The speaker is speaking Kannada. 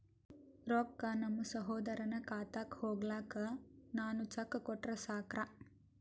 ರೊಕ್ಕ ನಮ್ಮಸಹೋದರನ ಖಾತಕ್ಕ ಹೋಗ್ಲಾಕ್ಕ ನಾನು ಚೆಕ್ ಕೊಟ್ರ ಸಾಕ್ರ?